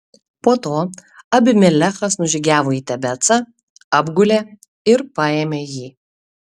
po to abimelechas nužygiavo į tebecą apgulė ir paėmė jį